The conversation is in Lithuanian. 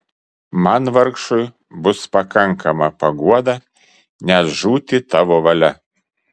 man vargšui bus pakankama paguoda net žūti tavo valia